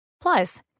plus